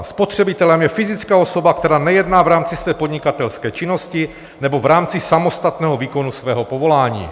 Spotřebitelem je fyzická osoba, která nejedná v rámci své podnikatelské činnosti nebo v rámci samostatného výkonu svého povolání.